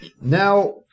now